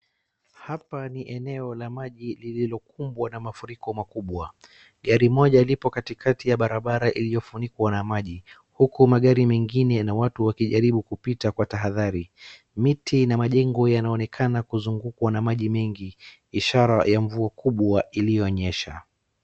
Hapa ni eneo la maji lililokumbwa na mafuriko makubwa. Gari moja lipo katikati ya barabara iliyofunikwa na maji huku magari mengine na watu wakijaribu kupita kwa tahadhali. Miti na majengo yanaonekana kuzungukwa na maji mengi ishara ya mvua kubwa iliyonyesha.